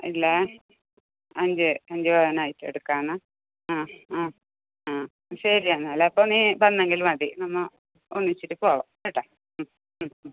ഇല്ല അഞ്ച് അഞ്ച് പവൻ ആയിട്ട് എടുക്കാനാ ആ ആ ആ ശരി എന്നാൽ അപ്പോൾ നീ വന്നെങ്കിൽ മതി എന്നാൽ ഒന്നിച്ചിട്ട് പോവാം കേട്ടോ ഉം ഉം ഉം